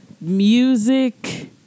music